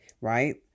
right